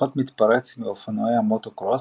ופחות מתפרץ מאופנועי המוטוקרוס,